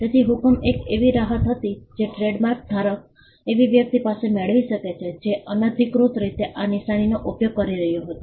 તેથી હુકમ એક એવી રાહત હતી જે ટ્રેડમાર્ક ધારક એવી વ્યક્તિ સામે મેળવી શકે છે જે અનધિકૃત રીતે આ નિશાનનો ઉપયોગ કરી રહ્યો હતો